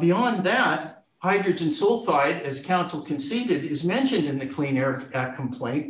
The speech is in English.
beyond that hydrogen sulfide as counsel conceded is mentioned in the clean air act complain